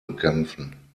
bekämpfen